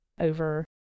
over